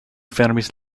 fermis